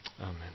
Amen